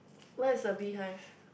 where's the bee hive